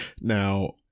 Now